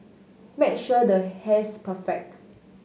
make sure the hair's perfect